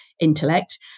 intellect